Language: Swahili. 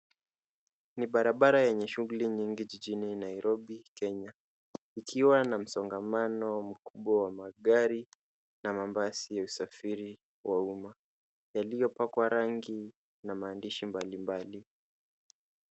Ni barabara yenye shughuli nyingi jijini Nairobi Kenya ikiwa na msongamano mkubwa wa magari na mabasi ya usafiri wa umma yaliyopakwa rangi na maandishi mbalimbali.